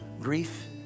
grief